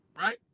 right